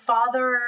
Father